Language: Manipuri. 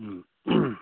ꯎꯝ